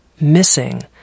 missing